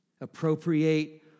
Appropriate